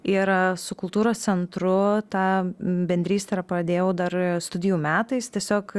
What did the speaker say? ir su kultūros centru tą bendrystę ir pradėjau dar studijų metais tiesiog